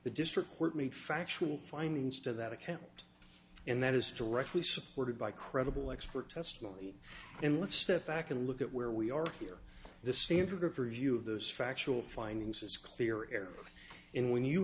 the district court made factual findings to that attempt and that is directly supported by credible expert testimony and let's step back and look at where we are here the standard of review of those factual findings is clear air in when you